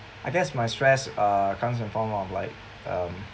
I guess my stress uh comes from form of like um